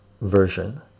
version